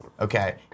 Okay